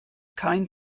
kein